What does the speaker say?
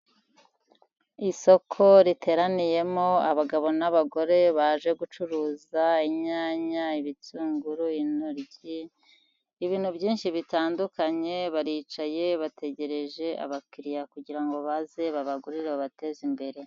Isoko riteraniyemo abagabo n'abagore baje gucuruza inyanya, ibitunguru, intoryi, ibintu byinshi bitandukanye, baricaye bategereje abakiriya kugira ngo baze babagurire babateze imbere.